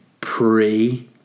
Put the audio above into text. pre-